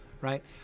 right